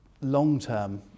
long-term